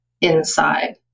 inside